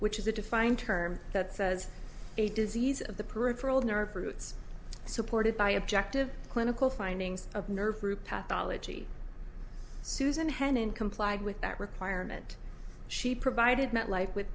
which is a defined term that says a disease of the peripheral nerve roots supported by objective clinical findings of nerve root path biology susan henin complied with that requirement she provided met life with